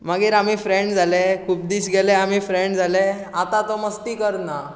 मागीर आमी फ्रेण्ड जाले खूब दीस गेले आमी फ्रेण्ड जाले आतां तो मस्ती करना